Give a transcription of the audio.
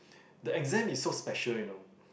the exam is so special you know